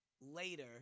later